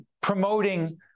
promoting